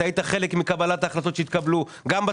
היית חלק מקבלת ההחלטות גם בתקציב,